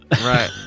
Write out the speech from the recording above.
Right